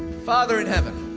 father in heaven,